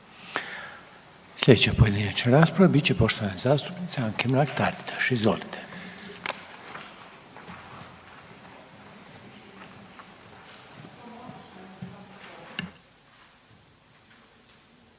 Sljedeća pojedinačna rasprava bit će poštovane zastupnice Anke Mrak-Taritaš, izvolite.